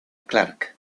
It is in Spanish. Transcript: clark